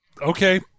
Okay